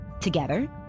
Together